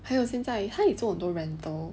还有现在他也做多 rental